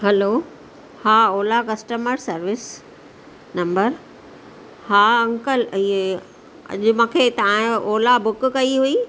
हलो हा Ola customer service number हा uncle इहे अॼु मूंखे तव्हांजे ओला बुक कई हुई